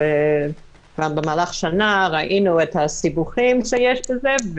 ובמהלך השנה ראינו את הסיבוכים שיש בזה,